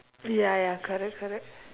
ya ya correct correct